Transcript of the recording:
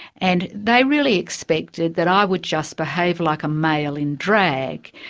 and they really expected that i would just behave like a male in drag.